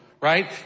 Right